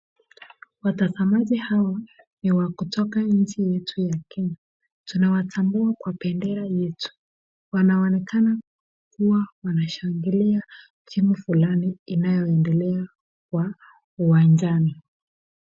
Watazamaji hawa ni wa kutoka nchi yetu ya Kenya, tunawatambua kwa bendera yetu. Wanaonekana kuwa wanashangilia timu fulani inayoendelea kwa uwanjani.